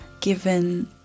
given